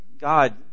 God